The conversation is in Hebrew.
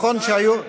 מתי החליטו?